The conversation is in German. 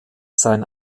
sein